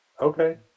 Okay